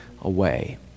away